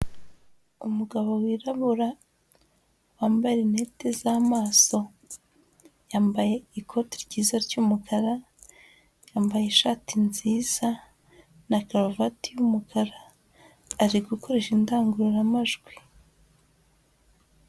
Umugabo wirabura wambaye rinete z'amaso, yambaye ikote ryiza ry'umukara, yambaye ishati nziza na karuvate y'umukara, ari gukoresha indangururamajwi.